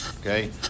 okay